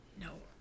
no